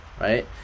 right